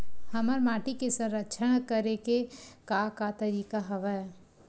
हमर माटी के संरक्षण करेके का का तरीका हवय?